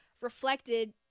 reflected